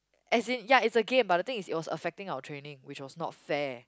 as in ya is a game but the thing is it was affecting our training which was not fair